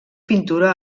pintura